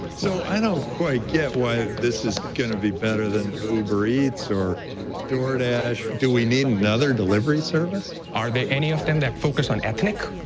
so, i don't quite get why this is gonna be better than uber eats or doordash. do we need another delivery service? are there any of them that focused on ethnic?